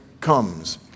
comes